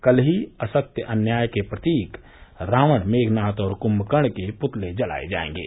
कल ही असत्य अन्याय के प्रतीक रावण मेघनाद और कुम्मकर्ण के पुतले जलाए जायेंगे